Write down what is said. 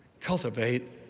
cultivate